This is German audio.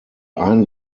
ein